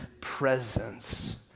presence